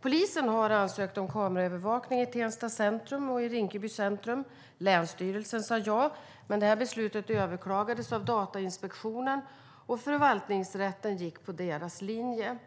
Polisen har ansökt om kameraövervakning i Tensta centrum och i Rinkeby centrum. Länsstyrelsen sa ja. Beslutet överklagades dock av Datainspektionen, och förvaltningsrätten gick på deras linje.